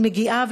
אני מגיעה,